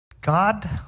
God